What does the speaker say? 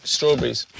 Strawberries